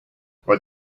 what